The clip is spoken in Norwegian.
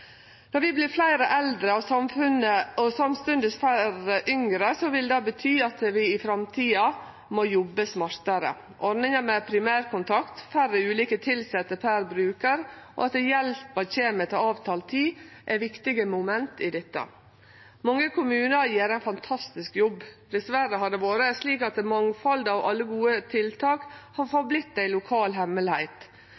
Når vi vert fleire eldre og samstundes færre yngre, vil det bety at vi i framtida må jobbe smartare. Ordninga med primærkontakt, færre ulike tilsette per brukar og at hjelpa kjem til avtalt tid, er viktige moment i dette. Mange kommunar gjer ein fantastisk jobb. Dessverre har det vore slik at mangfaldet av alle gode tiltak har